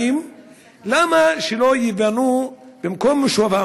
למה שלא ייבנו במקום מושבם,